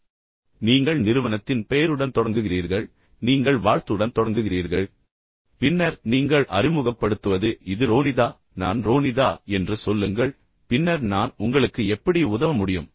எனவே ஸ்டெர்லிங் சேவைகள் நீங்கள் நிறுவனத்தின் பெயருடன் தொடங்குகிறீர்கள் குட் மார்னிங் நீங்கள் வாழ்த்துடன் தொடங்குகிறீர்கள் பின்னர் நீங்கள் அறிமுகப்படுத்துவது இது ரோனிதா நான் ரோனிதா என்று சொல்லுங்கள் பின்னர் நான் உங்களுக்கு எப்படி உதவ முடியும்